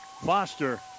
Foster